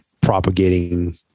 propagating